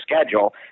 schedule